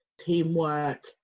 teamwork